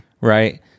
right